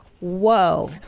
Whoa